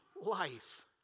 life